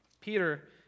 Peter